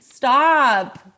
stop